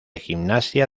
gimnasia